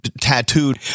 tattooed